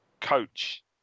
coach